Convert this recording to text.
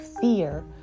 fear